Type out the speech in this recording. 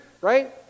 right